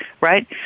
right